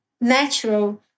natural